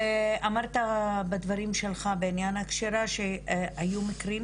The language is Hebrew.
אמרת בדברים שלך בעניין הקשירה שהיו מקרים